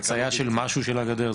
חצייה של משהו של הגדר,